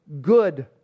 good